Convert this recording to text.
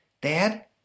Dad